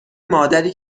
مادری